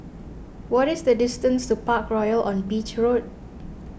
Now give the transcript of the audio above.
what is the distance to Parkroyal on Beach Road